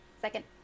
Second